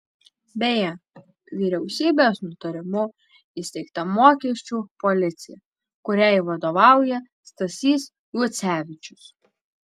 beje vyriausybės nutarimu įsteigta mokesčių policija kuriai vadovauja stasys juocevičius